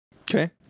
okay